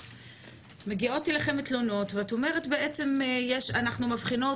מגיעות אליכם תלונות ואת אומרת אנחנו מבחינות